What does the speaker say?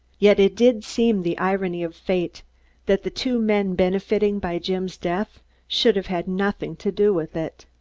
yet it did seem the irony of fate that the two men benefiting by jim's death should have had nothing to do with it.